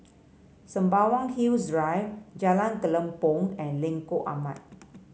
Sembawang Hills Drive Jalan Kelempong and Lengkok Empat